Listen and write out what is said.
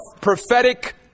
prophetic